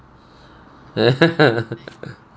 ya